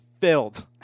filled